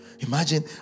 Imagine